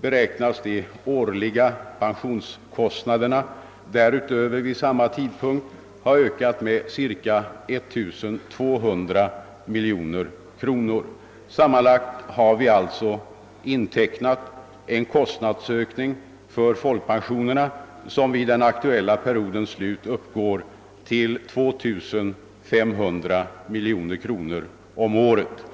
beräknas de årliga folkpensionskostnaderna därutöver vid samma tidpunkt ha ökat med cirka 1200 miljoner kronor. Sammanlagt har vi alltså intecknat en kostnadsökning för folkpensionerna som vid den aktuella periodens slut kommer att uppgå till 2500 miljoner kronor om året.